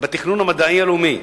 בתכנון המדעי הלאומי,